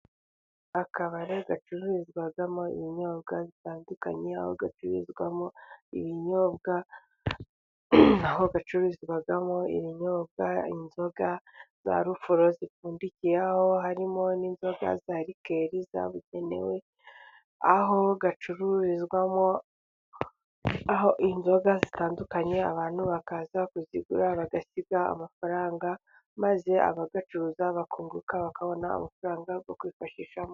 Akabari gacururizwamo ibinyobwa bitandukanye, aho gacururizwamo ibinyobwa, aho gacuruzwamo ibinyobwa, inzoga za rufuro zipfundikiyeho, harimo n'inzoga za rikel, zabugenewe, aho gacururizwamo, aho inzoga zitandukanye, abantu bakaza kuzigura bagasiga amafaranga, maze abagacuruza bakunguka, bakabona amafaranga yo kwifashishamo.